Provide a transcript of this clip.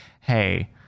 hey